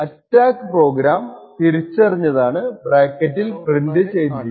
attack program തിരിച്ചറിഞ്ഞതാണ് ബ്രാക്കറ്റിൽ print ചെയ്തിരിക്കുന്നത്